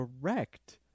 Correct